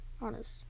Honest